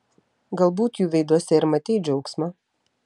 galbūt jų veiduose ir matei džiaugsmą